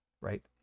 right